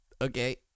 okay